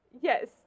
Yes